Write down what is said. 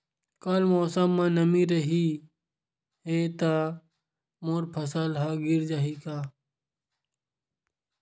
कल मौसम म नमी रहिस हे त मोर फसल ह गिर जाही का?